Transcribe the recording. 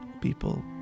people